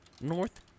North